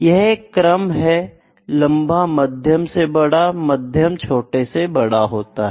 यह एक क्रम है लंबा मध्यम से बड़ा मध्यम छोटे से बड़ा होता है